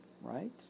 right